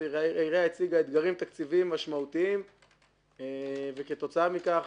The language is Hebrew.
העירייה הציגה אתגרים תקציביים משמעותיים וכתוצאה מכך